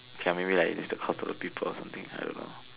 okay ah maybe like is the culture of the people or something I don't know